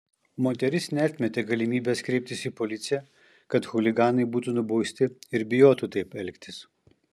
moteris neatmetė galimybės kreiptis į policiją kad chuliganai būtų nubausti ir bijotų taip elgtis